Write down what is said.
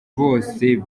bose